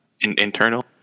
internal